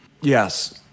Yes